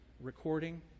recording